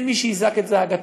אין מי שיזעק את זעקתם.